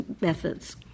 methods